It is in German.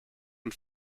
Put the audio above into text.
und